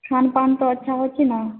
खानपान सब अच्छा हइ छै ने